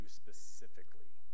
specifically